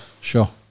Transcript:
sure